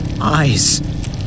eyes